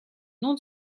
nom